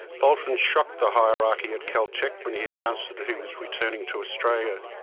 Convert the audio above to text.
bolton shocked the hierarchy at caltech when he announced that he was returning to australia.